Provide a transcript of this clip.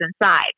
inside